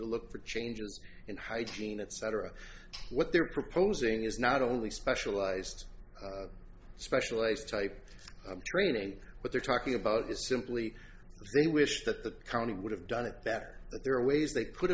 to look for changes in hygiene etc what they're proposing is not only specialized specialized type of training but they're talking about is simply a wish that the county would have done it better but there are ways they could